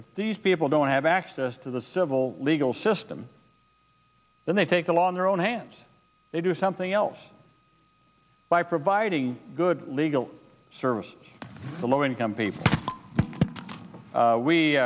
if these people don't have access to the civil legal system then they take the law in their own hands they do something else by providing good legal services to low income people